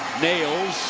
nails.